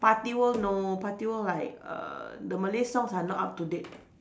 party world no party world like err the Malay songs are not up to date